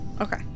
Okay